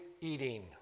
eating